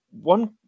one